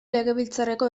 legebiltzarreko